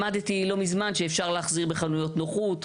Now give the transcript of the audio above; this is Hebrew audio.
למדתי לא מזמן שאפשר להחזיר בחנויות נוחות,